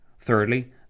Thirdly